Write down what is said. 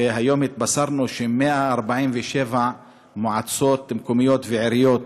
והיום התבשרנו ש-147 מועצות מקומיות ועיריות